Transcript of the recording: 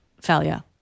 failure